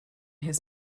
his